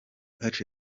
iwacu